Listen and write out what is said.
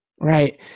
Right